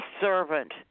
servant